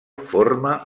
forma